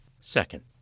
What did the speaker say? Second